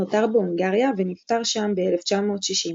נותר בהונגריה ונפטר שם ב-1960.